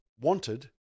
wanted